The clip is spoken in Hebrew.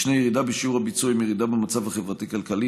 יש ירידה בשיעור הביצוע עם הירידה במצב החברתי-כלכלי,